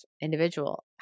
individual